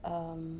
um